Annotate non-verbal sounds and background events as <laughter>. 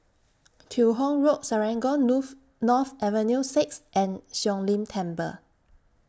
Teo Hong Road Serangoon <unintelligible> North Avenue six and Siong Lim Temple